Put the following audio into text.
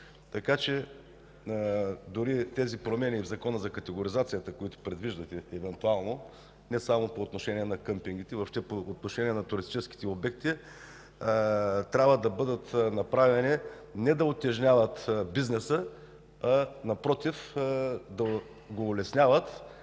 всички. Дори тези промени в Закона за категоризацията, които предвиждате евентуално не само по отношение на къмпингите, въобще по отношение на туристическите обекти, трябва да бъдат направени – не да утежняват бизнеса, а напротив – да го улесняват.